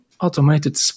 automated